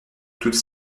toutes